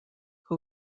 who